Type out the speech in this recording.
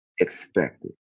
expected